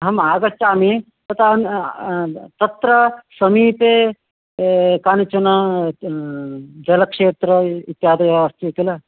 अहम् आगच्छामि ततः तत्र समीपे कानिचन जलक्षेत्रम् इत्यादयः अस्ति किल